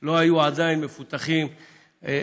לא היו מפותחים בה,